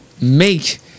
Make